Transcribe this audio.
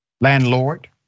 landlord